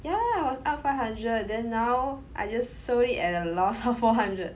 yeah I was up five hundred then now I just sold it at a loss of four hundred